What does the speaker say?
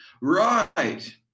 right